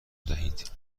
دهید